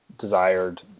desired